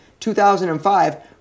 2005